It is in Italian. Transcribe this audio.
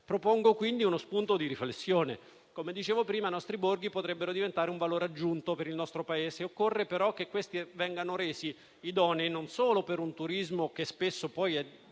Propongo pertanto uno spunto di riflessione. Come dicevo prima, i nostri borghi potrebbero diventare un valore aggiunto per il Paese. Occorre, però, che questi vengano resi idonei non solo per un turismo che spesso è